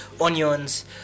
onions